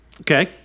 Okay